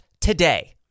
today